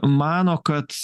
mano kad